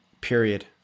period